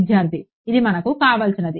విద్యార్థి ఇది మనకు కావాల్సినది